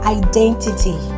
identity